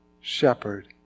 shepherd